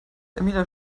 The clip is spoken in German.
emilia